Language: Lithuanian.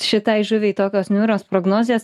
šitai žuviai tokios niūrios prognozės